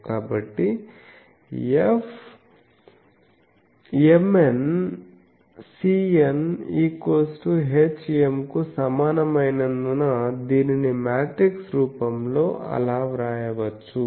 కాబట్టి Fmn Cn hm కు సమానమైనందున దీనిని మ్యాట్రిక్స్ రూపంలో అలావ్రాయవచ్చు